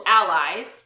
allies